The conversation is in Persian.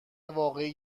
واقعی